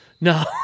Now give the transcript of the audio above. No